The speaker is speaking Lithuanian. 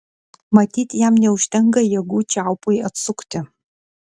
matyt jam neužtenka jėgų čiaupui atsukti